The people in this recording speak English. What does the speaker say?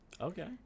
Okay